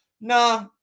Nah